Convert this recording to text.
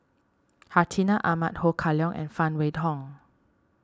Hartinah Ahmad Ho Kah Leong and Phan Wait Hong